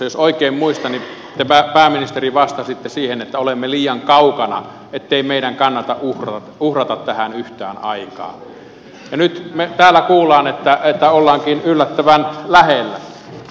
jos oikein muistan niin te pääministeri vastasitte siihen että olemme liian kaukana ettei meidän kannata uhrata tähän yhtään aikaa ja nyt me täällä kuulemme että olemmekin yllättävän lähellä